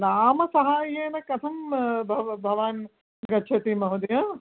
नाम सहाय्येन कथं भवान् गच्छति महोदय